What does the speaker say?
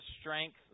strength